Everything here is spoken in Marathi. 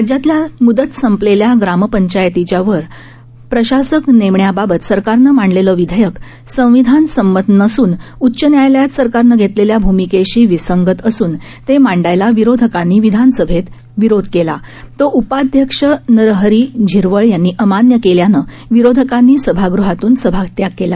राज्यातल्या मुदत संपलेल्या ग्रामपंचायतीच्यावर प्रशासक नेमण्याबाबत सरकारने मांडलेले विधेयक संविधान संमत नसून उच्च न्यायालयात सरकारनं घेतलेल्या भूमिकेशी विसंगत असून ते मांडण्यास विरोधकांनी विधानसभेत विरोध केला तो उपाध्यक्ष नरहरी झिरवळ यांनी अमान्य केल्यानं विरोधकांनी सभागृहातून सभात्याग केला